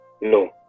No